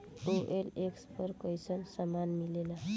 OLX पर कइसन सामान मीलेला?